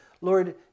Lord